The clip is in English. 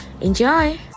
Enjoy